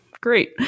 Great